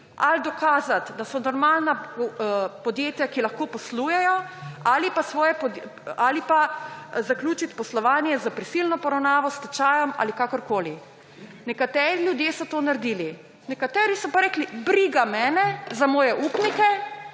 ali dokazati, da so normalna podjetja, ki lahko poslujejo, ali pa zaključiti poslovanje s prisilno poravnavo, s stečajem ali kakorkoli. Nekateri ljudje so to naredili, nekateri so pa rekli: »Briga mene za moje upnike,